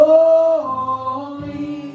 Holy